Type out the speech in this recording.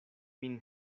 min